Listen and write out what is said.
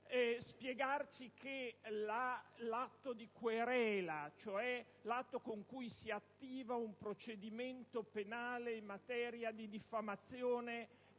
spiegarci che l'atto di querela, cioè l'atto con cui si attiva un procedimento penale in materia di diffamazione